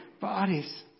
bodies